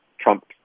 Trump